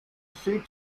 sea